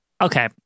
Okay